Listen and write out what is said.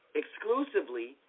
exclusively